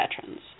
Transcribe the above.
veterans